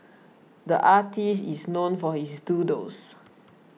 the artist is known for his doodles